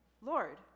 Lord